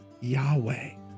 Yahweh